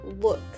look